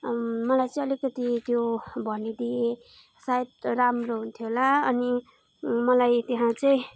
मलाई चाहिँ अलिकति त्यो भनिदिए सायद राम्रो हुन्थ्यो होला अनि मलाई त्यहाँ चाहिँ